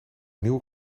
nieuwe